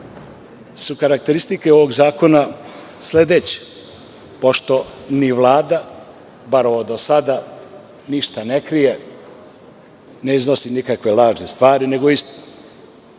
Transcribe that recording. su karakteristike ovog zakona sledeće. Pošto ni Vlada, bar ova do sada ništa ne krije, ne iznosi nikakve lažne stvari nego istinu,